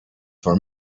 for